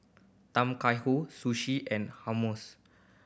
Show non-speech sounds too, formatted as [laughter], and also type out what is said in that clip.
Tom Kha [unintelligible] Sushi and Hummus